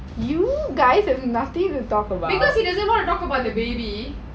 you guys have nothing to talk about